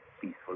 peaceful